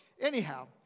anyhow